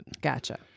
Gotcha